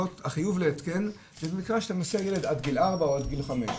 החיוב להתקן זה במקרה שאתה מסיע ילד עד גיל ארבע או עד גיל חמש.